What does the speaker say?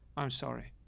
i'm sorry.